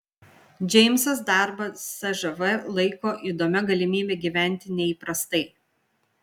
džeimsas darbą cžv laiko įdomia galimybe gyventi neįprastai